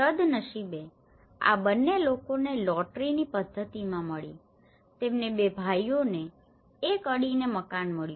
સદનસીબે આ બંને લોકોને લોટરીની પદ્ધતિમાં મળી તેમને બે ભાઇઓને એક અડીને મકાન મળ્યું